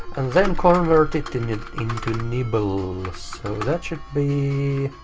and then convert it and it into nibbles. so that should be